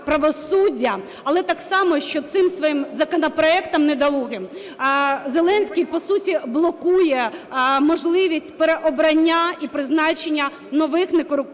правосуддя. Але так само, що цим своїм законопроектом недолугим Зеленський, по суті, блокує можливість переобрання і призначення нових некорупційних